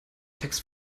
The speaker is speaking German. text